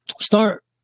start